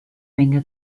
menge